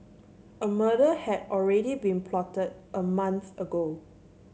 a murder had already been plotted a month ago